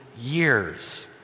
years